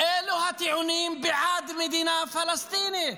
אלו הטיעונים בעד מדינה פלסטינית.